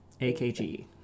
AKG